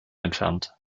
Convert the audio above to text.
entfernt